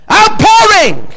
outpouring